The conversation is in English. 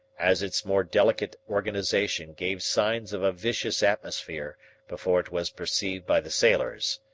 as its more delicate organization gave signs of a vicious atmosphere before it was perceived by the sailors.